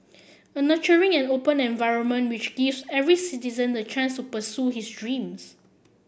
a nurturing and open environment which gives every citizen the chance to pursue his dreams